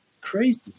crazy